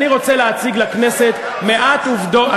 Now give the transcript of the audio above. אני רוצה להציג לכנסת מעט עובדות,